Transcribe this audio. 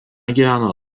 gyveno